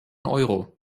euro